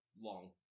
long